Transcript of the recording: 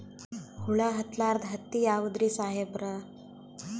ಹುಳ ಹತ್ತಲಾರ್ದ ಹತ್ತಿ ಯಾವುದ್ರಿ ಸಾಹೇಬರ?